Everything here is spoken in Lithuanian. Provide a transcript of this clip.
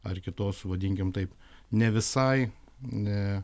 ar kitos vadinkim taip ne visai ne